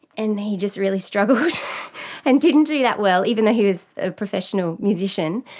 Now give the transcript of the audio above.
and he just really struggled and didn't do that well, even though he was a professional musician,